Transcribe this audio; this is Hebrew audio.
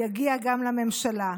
יגיע גם לממשלה.